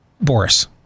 Boris